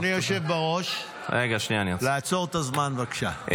אדוני היושב בראש, לעצור את הזמן, בבקשה.